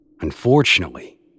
Unfortunately